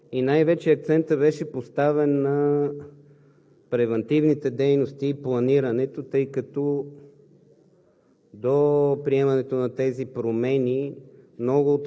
частта „Защита при бедствия“. Най-вече акцентът беше поставен на превантивните дейности и планирането, тъй като